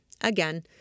Again